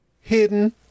hidden